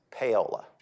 payola